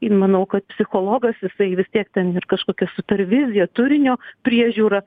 ir manau kad psichologas jisai vis tiek ten ir kažkokia supervizija turinio priežiūra